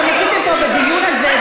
אתם עשיתם פה בדיון הזה,